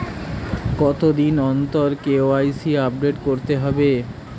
কতদিন অন্তর KYC update করতে হবে?